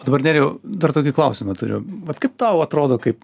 dabar nerijau dar tokį klausimą turiu vat kaip tau atrodo kaip